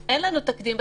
עיון חוזר.